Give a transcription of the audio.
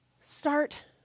Start